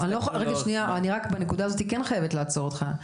שנייה אני רק בנקודה הזאתי כן חייבת לעצור אותך.